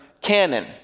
Canon